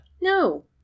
No